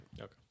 Okay